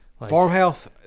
farmhouse